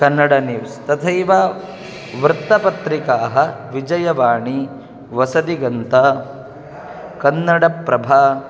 Kannada news तथैव वृत्तपत्रिकाः विजयवाणी वसदिगन्त कन्नडप्रभा